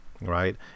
right